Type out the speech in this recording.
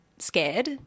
scared